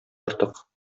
артык